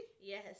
Yes